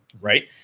right